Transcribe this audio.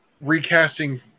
recasting